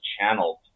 channeled